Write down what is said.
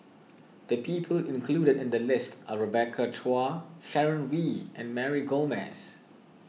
the people included in the list are Rebecca Chua Sharon Wee and Mary Gomes